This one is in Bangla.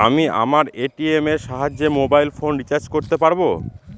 আমি আমার এ.টি.এম এর সাহায্যে মোবাইল ফোন রিচার্জ করতে পারব?